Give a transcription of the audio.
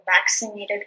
vaccinated